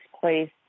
place